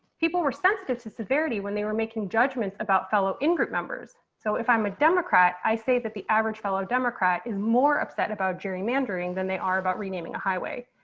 people were sensitive to severity when they were making judgments about fellow in group members. so if i'm a democrat, i say that the average fellow democrat is more upset about gerrymandering than they are about renaming a highway.